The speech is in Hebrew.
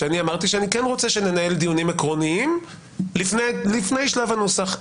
ואמרתי שאני כן רוצה שננהל דיונים עקרוניים לפני שלב הנוסח.